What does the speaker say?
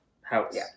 house